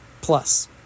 Plus